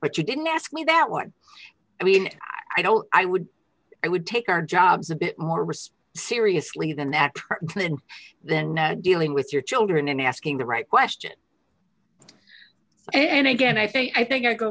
but you didn't ask me that what i mean i don't i would i would take our jobs a bit more risk seriously than that and then dealing with your children and asking the right question and again i think i think i go